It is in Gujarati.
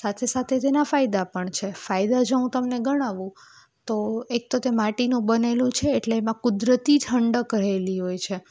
સાથે સાથે તેના ફાયદા પણ છે ફાયદા જો હું તમને ગણાવું તો એક તો તે માટીનું બનેલું છે એટલે તેમાં કુદરતી ઠંડક રહેલી હોય છે